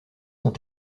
sont